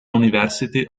university